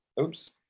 oops